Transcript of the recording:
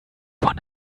one